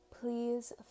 Please